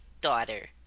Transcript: daughter